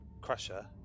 Crusher